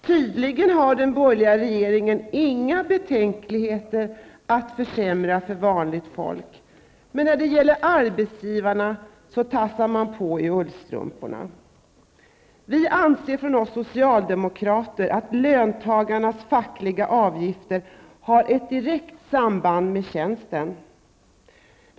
Tydligen har den borgerliga regeringen inga betänkligheter att försämra för vanligt folk. När det gäller arbetsgivarna så tassar man i ullstrumporna. Vi socialdemokrater anser att löntagarnas fackliga avgifter har ett direkt samband med tjänsten.